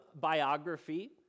biography